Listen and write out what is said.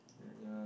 um yeah